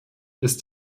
ist